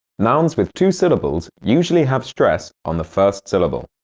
nouns with two syllables usually have stress on the first syllable.